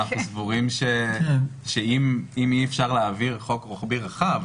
אנחנו סבורים שאם אי אפשר להעביר חוק רוחבי רחב,